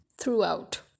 throughout